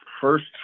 First